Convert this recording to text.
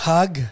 Hug